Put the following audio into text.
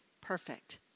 perfect